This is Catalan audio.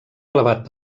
elevat